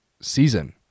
season